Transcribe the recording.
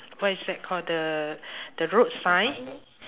what is that called the the road sign